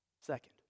Second